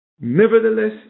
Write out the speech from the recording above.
Nevertheless